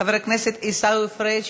חבר הכנסת עיסאווי פריג',